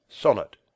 Sonnet